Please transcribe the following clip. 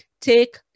take